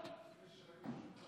הללו.